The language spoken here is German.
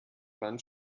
wand